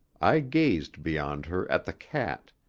i gazed beyond her at the cat,